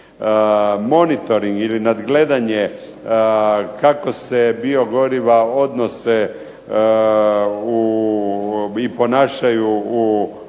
Monitoring ili nadgledanje kako se biogoriva odnose i ponašaju u okolišu.